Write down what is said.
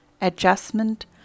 adjustment